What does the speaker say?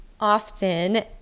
often